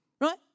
Right